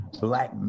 Black